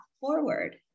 Forward